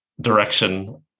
direction